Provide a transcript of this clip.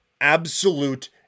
absolute